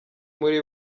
muri